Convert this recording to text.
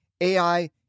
AI